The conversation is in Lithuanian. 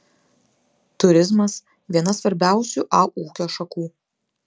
turizmas viena svarbiausių a ūkio šakų